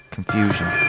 Confusion